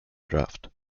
draft